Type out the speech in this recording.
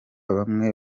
bamwe